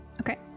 Okay